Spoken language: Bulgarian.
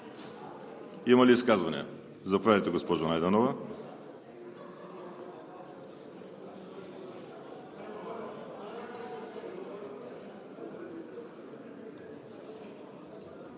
Има ли изказвания? Заповядайте, госпожо Найденова.